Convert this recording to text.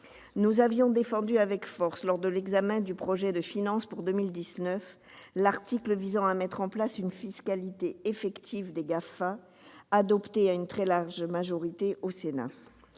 Nous avions défendu avec force, lors de l'examen du projet de loi de finances pour 2019, l'article visant à mettre en place une fiscalité effective des GAFA, adopté par notre assemblée à une